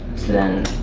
then,